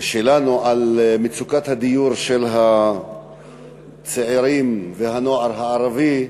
שלנו על מצוקת הדיור של הצעירים והנוער הערבי,